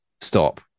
stop